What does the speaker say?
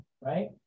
right